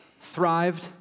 thrived